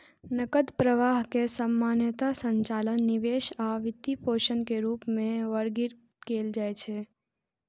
नकद प्रवाह कें सामान्यतः संचालन, निवेश आ वित्तपोषण के रूप मे वर्गीकृत कैल जाइ छै